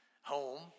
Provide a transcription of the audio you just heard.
home